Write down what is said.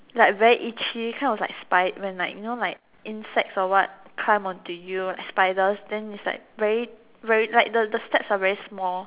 like very itchy kind of like spy when like you know like insects or what climb onto you spiders then it's like very very like the the steps are very small